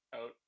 out